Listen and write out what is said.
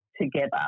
together